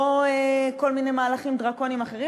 לא כל מיני מהלכים דרקוניים אחרים,